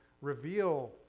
reveal